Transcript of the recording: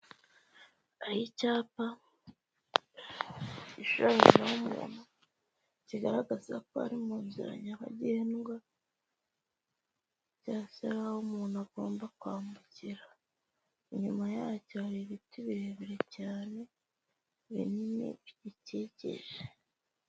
Hari icyapa gishushanyijeho umuntu kigaragaza ko ari mu nzira nyabagendwa cyangwa se ari aho umuntu agomba kwambukira, inyuma yacyo hari ibiti birebire cyane binini bigikikije.